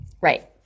Right